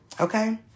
Okay